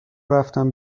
رفتم